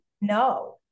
no